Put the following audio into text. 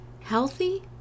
Healthy